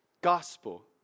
Gospel